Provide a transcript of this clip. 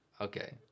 Okay